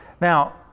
Now